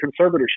conservatorship